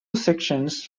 sections